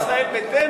אולי ישראל ביתנו,